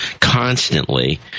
constantly